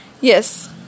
Yes